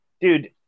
dude